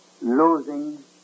losing